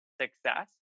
success